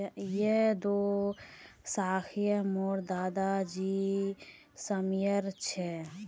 यह दो शाखए मोर दादा जी समयर छे